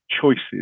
choices